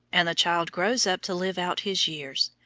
and the child grows up to live out his years,